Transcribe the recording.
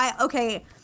Okay